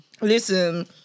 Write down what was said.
Listen